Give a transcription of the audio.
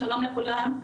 שלום לכולם,